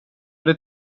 det